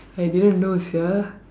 I didn't know sia